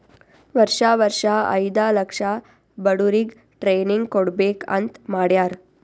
ವರ್ಷಾ ವರ್ಷಾ ಐಯ್ದ ಲಕ್ಷ ಬಡುರಿಗ್ ಟ್ರೈನಿಂಗ್ ಕೊಡ್ಬೇಕ್ ಅಂತ್ ಮಾಡ್ಯಾರ್